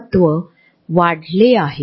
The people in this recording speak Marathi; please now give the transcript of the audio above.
सामाजिक विभाग कुठेतरी ४६ सेंटीमीटर ते १